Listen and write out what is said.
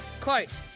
Quote